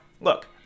look